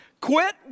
Quit